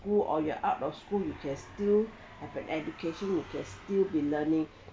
or you are out of school you can still have an education you could still be learning